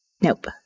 Nope